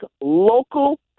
local